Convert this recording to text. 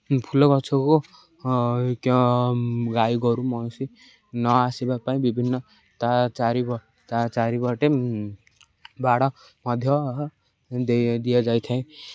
ଫୁଲ ଗଛକୁ ଗାଈ ଗୋରୁ ମଇଁଷୀ ନ ଆସିବା ପାଇଁ ବିଭିନ୍ନ ତା ଚାରି ତା ଚାରିପଟେ ବାଡ଼ ମଧ୍ୟ ଦେଇ ଦିଆଯାଇଥାଏ